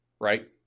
right